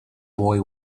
boy